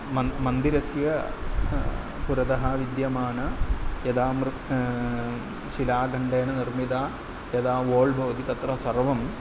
मन् मन्दिरस्य पुरतः विद्यमान यदा मृत् शिलाखण्डेन निर्मितः यदा ओल्ड् भवति तत्र सर्वं